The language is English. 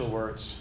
words